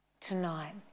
tonight